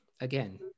Again